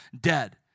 dead